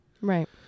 right